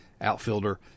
outfielder